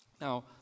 Now